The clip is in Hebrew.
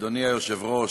אדוני היושב-ראש,